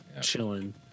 chilling